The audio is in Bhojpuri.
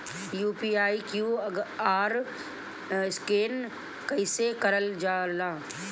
यू.पी.आई क्यू.आर स्कैन कइसे कईल जा ला?